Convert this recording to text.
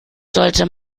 sollte